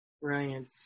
Brilliant